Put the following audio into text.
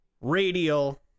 Radial